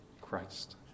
Christ